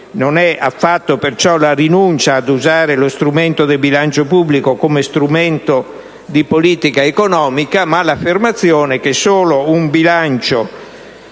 non è affatto la rinuncia ad usare lo strumento del bilancio pubblico come strumento di politica economica, ma l'affermazione che solo un bilancio sano,